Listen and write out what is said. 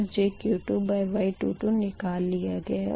P2 jQ2Y22 निकाल लिया गया है